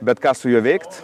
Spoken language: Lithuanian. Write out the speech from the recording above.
bet ką su juo veikt